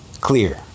clear